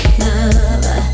love